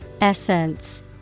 Essence